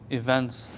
events